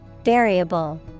Variable